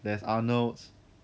there's arnold's